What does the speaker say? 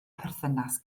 perthynas